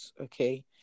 okay